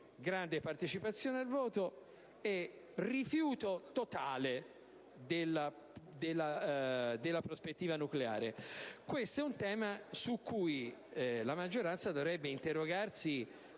grande partecipazione al voto e rifiuto totale della prospettiva del nucleare. Si tratta di un tema sul quale la maggioranza dovrebbe interrogarsi